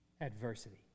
adversity